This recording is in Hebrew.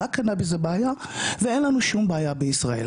רק קנאביס זה בעיה ואין לנו שום בעיה בישראל,